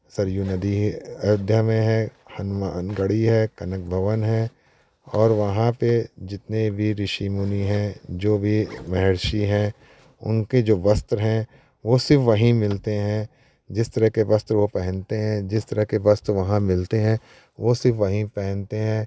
सरयू नदी अयोध्या में है हनुमान गढ़ी है कनक भवन है और वहाँ पे जितने भी ऋषि मुनि हैं जो भी महर्षी हैं उनके जो वस्त्र हैं वो सिर्फ वहीं मिलते हैं जिस तरह के वस्त्र वो पहनते हैं जिस तरह के वस्त्र वहाँ मिलते हैं वो सिर्फ वहीं पहनते हैं